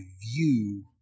view